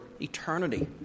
eternity